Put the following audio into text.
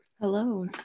Hello